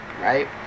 right